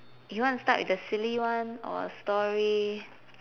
you want to start with the silly one or story